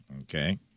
Okay